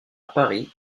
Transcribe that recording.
paris